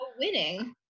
winning